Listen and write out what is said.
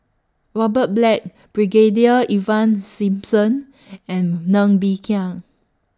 Robert Black Brigadier Ivan Simson and Ng Bee Kia